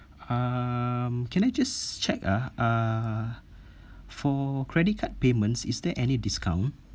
um can I just check ah uh for credit card payments is there any discount